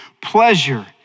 pleasure